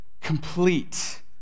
complete